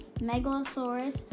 Megalosaurus